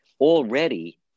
Already